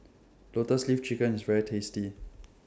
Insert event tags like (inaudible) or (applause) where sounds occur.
Lotus Leaf Chicken IS very tasty (noise)